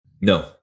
No